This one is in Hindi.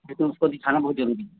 लेकिन उसको दिखाना बहुत ज़रूरी है